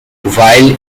while